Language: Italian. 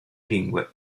lingue